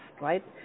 right